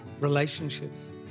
relationships